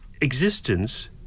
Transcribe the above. existence